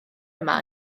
yma